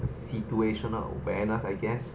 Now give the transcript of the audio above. situational awareness I guess